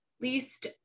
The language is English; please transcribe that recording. least